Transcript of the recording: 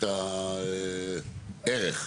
הערך?